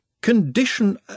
condition